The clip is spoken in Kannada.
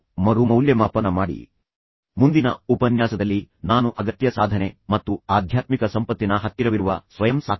ನೀವು ಅದನ್ನು ಮಧ್ಯವರ್ತಿಯಾಗಿ ಪರಿಹರಿಸಲು ಸಾಧ್ಯವಾದರೆ ಅಥವಾ ನೀವು ಎರಡೂ ರೀತಿಯ ಸಂಘರ್ಷಗಳ ಭಾಗವಾಗಿದ್ದರೆ ಅದು ಒಳ್ಳೆಯದು